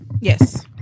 Yes